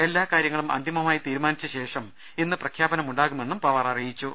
എല്ലാ കാര്യങ്ങളും അന്തിമമായി തീരുമാനിച്ച ശേഷം ഇന്ന് പ്രഖ്യാപനമുണ്ടാകു മെന്നും പവാർ പറഞ്ഞു